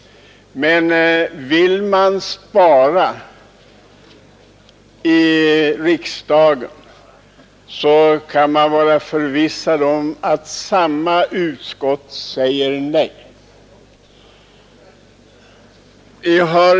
Och vill man spara, så kan man vara förvissad om att samma utskott säger nej då också.